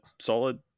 solid